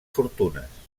fortunes